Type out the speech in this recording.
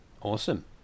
Awesome